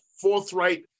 forthright